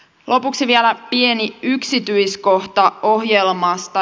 lopuksi vielä pieni yksityiskohta ohjelmasta